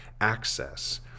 access